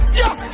yes